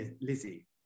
Lizzie